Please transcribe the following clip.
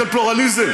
של פלורליזם.